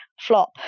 flop